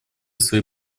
своей